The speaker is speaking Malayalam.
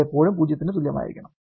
അവ എപ്പോഴും 0 ന് തുല്യമായിരിക്കണം